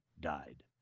died